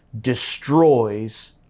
destroys